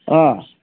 অঁ